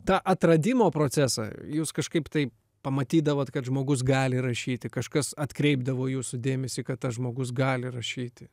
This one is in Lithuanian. tą atradimo procesą jūs kažkaip tai pamatydavot kad žmogus gali rašyti kažkas atkreipdavo jūsų dėmesį kad tas žmogus gali rašyti